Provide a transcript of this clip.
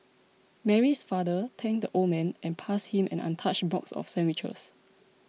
Mary's father thanked the old man and passed him an untouched box of sandwiches